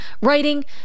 writing